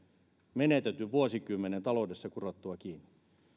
menetetyn vuosikymmenen taloudessa kurottua kiinni